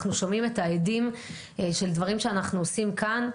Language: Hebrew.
אנחנו שומעים את ההדים של דברים שאנחנו עושים כאן,